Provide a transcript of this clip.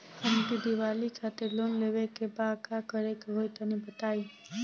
हमके दीवाली खातिर लोन लेवे के बा का करे के होई तनि बताई?